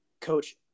Coach